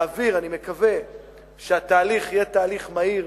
להעביר, אני מקווה שהתהליך יהיה תהליך מהיר,